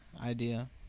idea